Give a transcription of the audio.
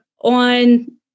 on